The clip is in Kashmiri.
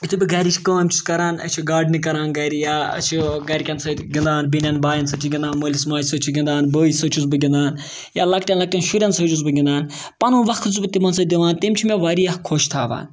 یُتھُے بہٕ گَرِچ کٲم چھُس کَران أسۍ چھِ گاڈنِنٛگ کَران گَرِ یا أسۍ چھِ گَرِکٮ۪ن سۭتۍ گِنٛدان بیٚنٮ۪ن بایَن سۭتۍ چھِ گِنٛدان مٲلِس ماجہِ سۭتۍ چھِ گِنٛدان بٲیِس سۭتۍ چھُس بہٕ گِنٛدان یا لۄکٹٮ۪ن لۄکٹٮ۪ن شُرٮ۪ن سۭتۍ چھُس بہٕ گِنٛدان پَنُن وقت چھُس بہٕ تِمَن سۭتۍ دِوان تِم چھِ مےٚ واریاہ خۄش تھاوان